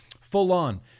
full-on